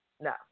no